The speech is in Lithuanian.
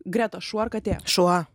greta šuo ar katė šuo